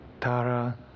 Tara